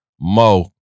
Mo